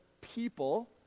people